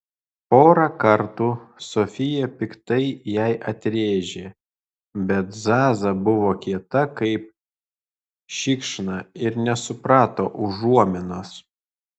porą kartų sofija piktai jai atrėžė bet zaza buvo kieta kaip šikšna ir nesuprato užuominos